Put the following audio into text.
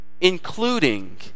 including